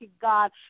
God